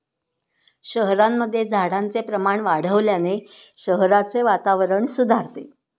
शहरांमध्ये झाडांचे प्रमाण वाढवल्याने शहराचे वातावरण सुधारते